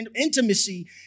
intimacy